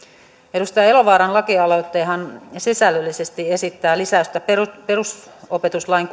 edustaja elovaaran lakialoitehan sisällöllisesti esittää lisäystä perusopetuslain